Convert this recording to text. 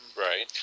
Right